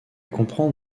comprend